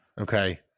Okay